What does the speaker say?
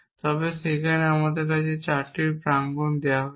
তবে সেখানে আমার কাছে 4টি প্রাঙ্গন দেওয়া আছে